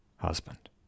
husband